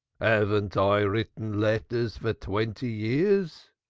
haven't i written letters for twenty years?